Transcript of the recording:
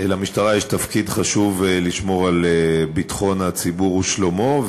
למשטרה יש תפקיד חשוב לשמור על ביטחון הציבור ושלומו,